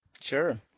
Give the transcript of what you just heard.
Sure